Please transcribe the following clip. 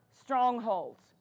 strongholds